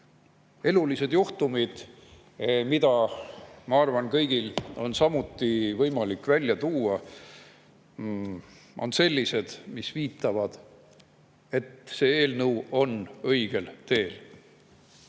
Elulised juhtumid, mida, ma arvan, on meil kõigil samuti võimalik näiteks tuua. Need on sellised, mis viitavad, et see eelnõu on õigel teel.